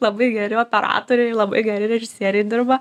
labai geri operatoriai labai geri režisieriai dirba